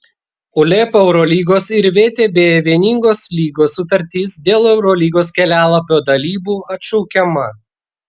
uleb eurolygos ir vtb vieningos lygos sutartis dėl eurolygos kelialapio dalybų atšaukiama